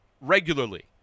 regularly